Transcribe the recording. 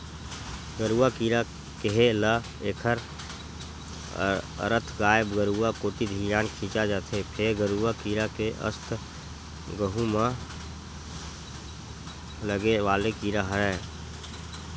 गरुआ कीरा केहे ल एखर अरथ गाय गरुवा कोती धियान खिंचा जथे, फेर गरूआ कीरा के अरथ गहूँ म लगे वाले कीरा हरय